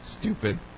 stupid